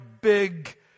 big